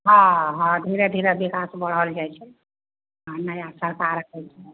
हँ हँ धीरे धीरे बिकास बढ़ल जाय छै नया सरकार